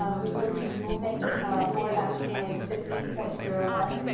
um we will be removing a board action item, fifteen point zero one,